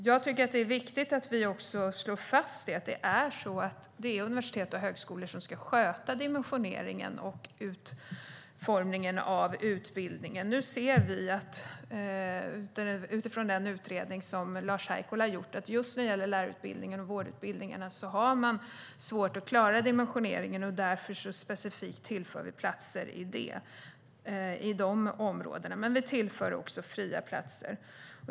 Jag tycker att det är viktigt att vi slår fast att det är universitet och högskolor som ska sköta dimensioneringen och utformningen av utbildningen. Nu ser vi, utifrån den utredning som Lars Haikola har gjort, att man just när det gäller lärarutbildningarna och vårdutbildningarna har svårt att klara dimensioneringen. Därför tillför vi platser specifikt på de områdena, men vi tillför också fria platser.